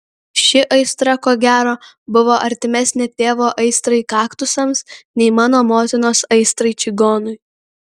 ši aistra ko gero buvo artimesnė tėvo aistrai kaktusams nei mano motinos aistrai čigonui